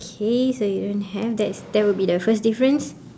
okay so you don't have that's that will be the first difference